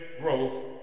growth